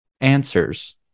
answers